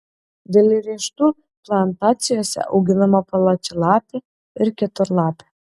dėl riešutų plantacijose auginama plačialapė ir keturlapė